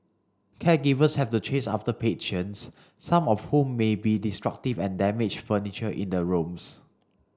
caregivers have to chase after patients some of whom may be destructive and damage furniture in the rooms